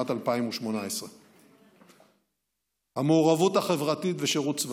2018. המעורבות החברתית ושירות צבאי,